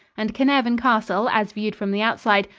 and carnarvon castle, as viewed from the outside,